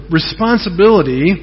responsibility